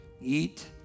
eat